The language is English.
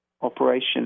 operation